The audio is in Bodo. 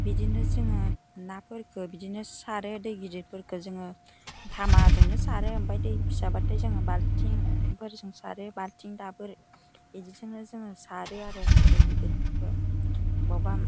बिदिनो जोङो नाफोरखौ बिदिनो सारो दै गिदिरफोरखौ जोङो धामाजोंनो सारो ओमफ्राय दै फिसाबाथाय जों बाल्थिंफोरजों सारो बाल्थिं दाबोर बिदिजोंनो जोङो सारो आरो दै गिदिरफोरखौ बबेबा